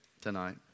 tonight